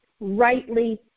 rightly